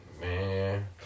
Man